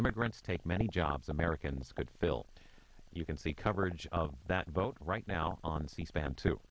immigrants take many jobs americans could fill you can see coverage of that vote right now on c span to